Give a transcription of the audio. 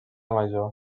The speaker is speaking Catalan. major